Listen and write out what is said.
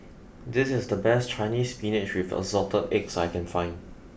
this is the best Chinese Spinach with Assorted Eggs I can find